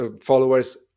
followers